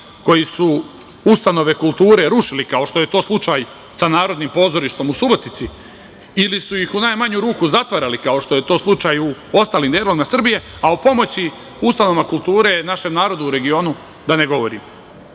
koji su ustanove kulture rušili, kao što je to slučaj sa Narodnim pozorištem u Subotici ili su ih u najmanju ruku zatvarali, kao što je to slučaj u ostalim delovima Srbije, a o pomoći ustanovama kulture našem narodu u regionu, da ne govorim. Sve